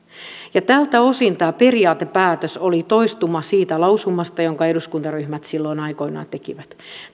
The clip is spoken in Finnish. tältä osin tämä periaatepäätös oli toistuma siitä lausumasta jonka eduskuntaryhmät silloin aikoinaan tekivät